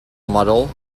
model